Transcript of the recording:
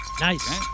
Nice